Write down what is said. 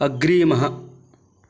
अग्रिमः